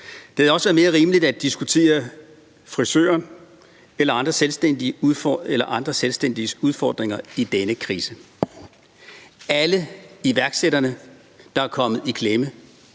Det havde også været mere rimeligt at diskutere frisørens eller andre selvstændiges udfordringer i denne krise. Alle iværksætterne, der er kommet i klemme,